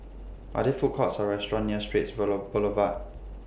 Are There Food Courts Or restaurants near Straits Boulevard